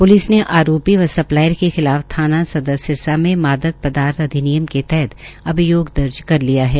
police ने आरोपी व सप्लायर के खिलाफ थाना सदर सिरसा में मादक पदार्थ अधिनियम के तहत अभियोग दर्ज कर लिया है